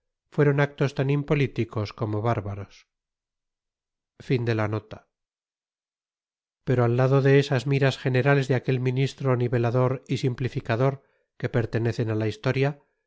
edicto de nantes content from google book search generated at pero al lado de esas miras generales de aquel ministro nivelador y simplificador que pertenecen á la historia